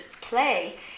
play